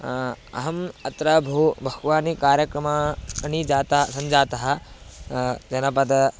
अहम् अत्र बहु बह्वानि कार्यक्रमाणि जातः सञ्जातः जनपदं